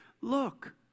look